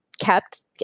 kept